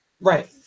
right